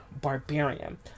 *Barbarian*